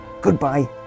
goodbye